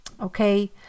okay